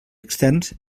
externs